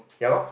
ya lor